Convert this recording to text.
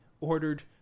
ordered